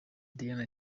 diana